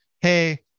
Hey